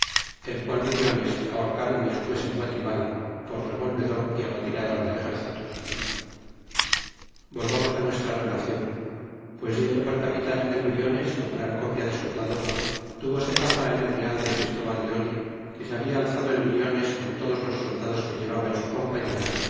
el qual briones ahorcron despues en guatimala por revolvedor y amotinador de exércitos volvamos nuestra relacion pues yendo por capitan aquel briones con gran copia de soldados tevose fama en el real de christóval de or que se habla alzado el briones con todos los soldados que llevaba en su compañia